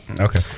Okay